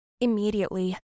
Immediately